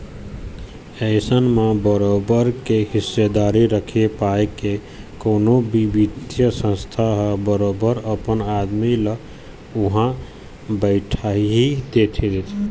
अइसन म बरोबर के हिस्सादारी रखे पाय के कोनो भी बित्तीय संस्था ह बरोबर अपन आदमी ल उहाँ बइठाही देथे